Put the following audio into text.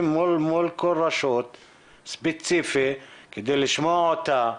מול כל רשות ספציפית כדי לשמוע אותה,